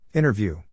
Interview